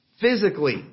physically